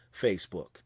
Facebook